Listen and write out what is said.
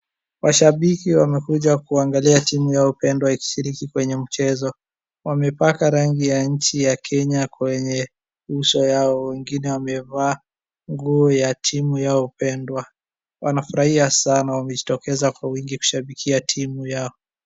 Mashabiki wamekuja kuangalia timu yao pendwa ikishiriki kwenye mchezo. wamepaka rangi ya nchi ya Kenya kwenye uso yao. Wengine wamevaa nguo ya timu yao pendwa. Wanafurahia sana wamejitokeza kwa wingi kushabikia timu yao.